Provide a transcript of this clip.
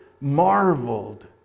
marveled